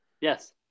Yes